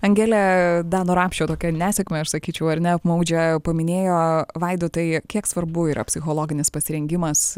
angelė dano rapšio tokią nesėkmę aš sakyčiau ar ne apmaudžią paminėjo vaidotai kiek svarbu yra psichologinis pasirengimas